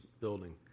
building